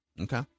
Okay